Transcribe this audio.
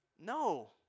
No